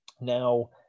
Now